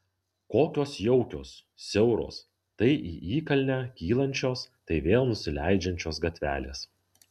kokios jaukios siauros tai į įkalnę kylančios tai vėl nusileidžiančios gatvelės